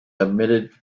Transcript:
admitted